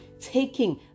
taking